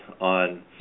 on